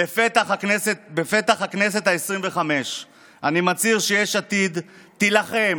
בפתח הכנסת העשרים-וחמש אני מצהיר שיש עתיד תילחם